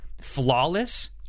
Flawless